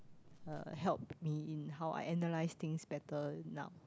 uh help me in how I analyse things better now